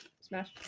Smash